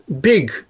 big